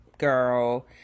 girl